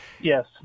Yes